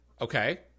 okay